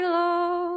low